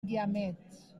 guiamets